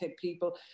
people